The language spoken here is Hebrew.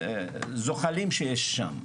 הזוחלים שיש שם.